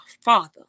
father